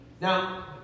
Now